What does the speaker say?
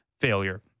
failure